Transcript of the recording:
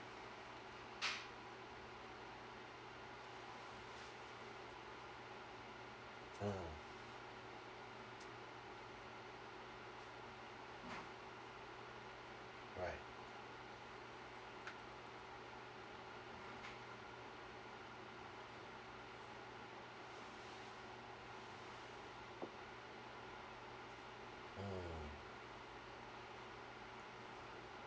mm right mm